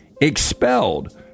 expelled